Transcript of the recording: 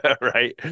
Right